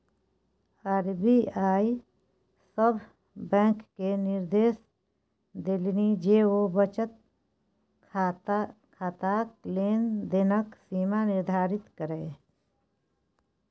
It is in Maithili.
आर.बी.आई सभ बैंककेँ निदेर्श देलनि जे ओ बचत खाताक लेन देनक सीमा निर्धारित करय